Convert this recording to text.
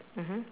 mmhmm